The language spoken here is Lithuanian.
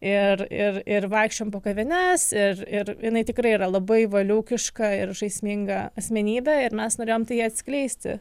ir ir ir vaikščiojom po kavines ir ir jinai tikrai yra labai valiūkiška ir žaisminga asmenybė ir mes norėjom tai atskleisti